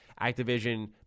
activision